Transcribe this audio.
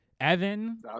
Evan